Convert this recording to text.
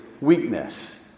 weakness